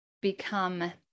become